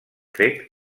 fet